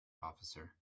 officer